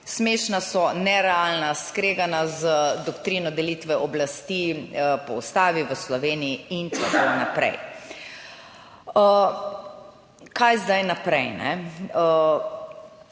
Smešna so, nerealna, skregana z doktrino delitve oblasti po Ustavi v Sloveniji in tako naprej. Kaj zdaj naprej?